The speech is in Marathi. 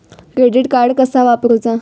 क्रेडिट कार्ड कसा वापरूचा?